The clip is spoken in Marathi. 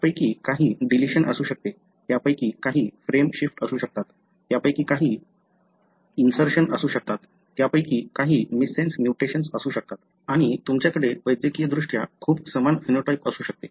त्यापैकी काही डिलिशन असू शकते त्यापैकी काही फ्रेम शिफ्ट असू शकतात त्यापैकी काही इंसर्शन असू शकतात त्यापैकी काही मिससेन्स म्युटेशन्स असू शकतात आणि तुमच्याकडे वैद्यकीयदृष्ट्या खूप समान फिनोटाइप असू शकते